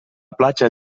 platja